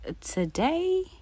today